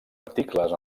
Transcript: articles